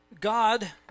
God